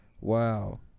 Wow